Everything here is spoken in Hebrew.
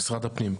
כן, משרד הפנים.